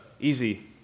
easy